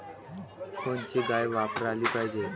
कोनची गाय वापराली पाहिजे?